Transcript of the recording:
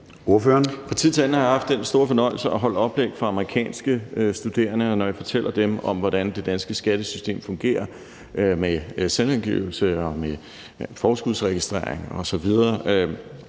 til anden har jeg haft den store fornøjelse at holde oplæg for amerikanske studerende, og når jeg fortæller dem om, hvordan det danske skattesystem fungerer med selvangivelse og med forskudsregistrering osv.,